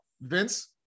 Vince